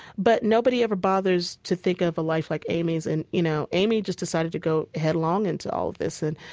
but nobody ever bothers to think of a life like aimee's. and, you know, aimee just decided to go headlong into all of this. and,